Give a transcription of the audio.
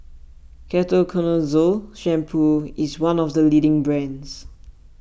Ketoconazole Shampoo is one of the leading brands